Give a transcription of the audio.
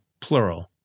plural